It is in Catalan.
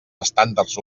estàndards